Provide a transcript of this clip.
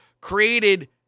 created